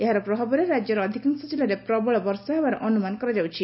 ଏହାର ପ୍ରଭାବରେ ରାଜ୍ୟର ଅଧିକାଂଶ କିଲ୍ଲାରେ ପ୍ରବଳ ବର୍ଷା ହେବାର ଅନୁମାନ କରାଯାଉଛି